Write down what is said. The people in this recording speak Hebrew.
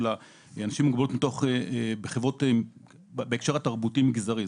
אנשים עם מוגבלות בהקשר התרבותי מגזרי.